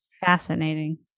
fascinating